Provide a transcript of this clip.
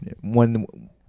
One